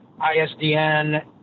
ISDN